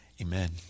amen